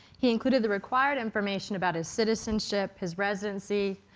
he included the required information about his citizenship, his residency,